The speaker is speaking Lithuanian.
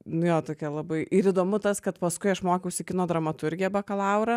nu jo tokia labai ir įdomu tas kad paskui aš mokiausi kino dramaturgiją bakalaurą